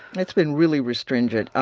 it's been really restringent.